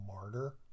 martyr